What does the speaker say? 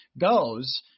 goes